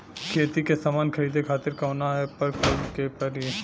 खेती के समान खरीदे खातिर कवना ऐपपर खोजे के पड़ी?